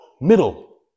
Middle